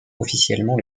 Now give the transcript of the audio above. officiellement